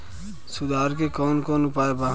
सुधार के कौन कौन उपाय वा?